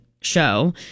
show